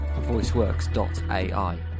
voiceworks.ai